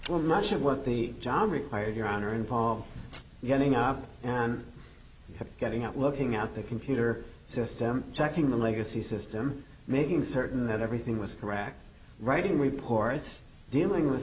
for much of what the job required your honor involved getting up and getting out looking at the computer system checking the legacy system making certain that everything was correct writing reports dealing with